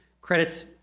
Credits